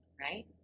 right